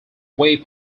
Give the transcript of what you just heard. way